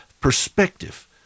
perspective